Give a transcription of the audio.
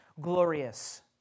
glorious